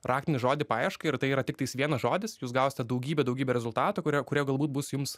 raktinį žodį paieškai ir tai yra tiktais vienas žodis jūs gausite daugybę daugybę rezultatų kurie kurie galbūt bus jums